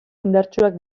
indartsuak